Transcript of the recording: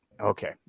okay